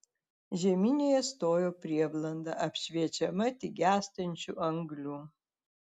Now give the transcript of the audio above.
žeminėje stojo prieblanda apšviečiama tik gęstančių anglių